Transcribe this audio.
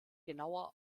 genauer